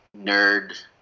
nerd